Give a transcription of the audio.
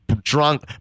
drunk